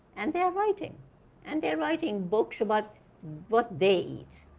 and they're writing and they're writing books about what they eat.